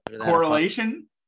Correlation